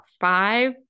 five